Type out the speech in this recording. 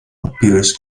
appears